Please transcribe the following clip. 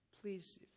please